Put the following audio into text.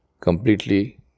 completely